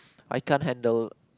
I can't handle